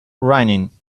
running